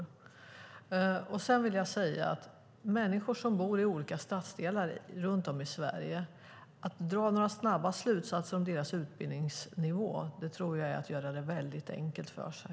Att dra några snabba slutsatser om den utbildningsnivå som människor som bor i olika stadsdelar runt om i Sverige har vill jag säga är att göra det väldigt enkelt för sig.